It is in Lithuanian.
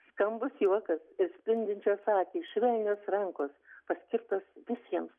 skambus juokas ir spindinčios akys švelnios rankos paskirtos visiems